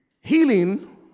Healing